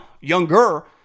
younger